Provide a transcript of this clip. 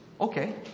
Okay